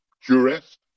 jurist